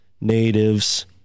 natives